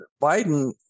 Biden